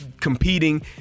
competing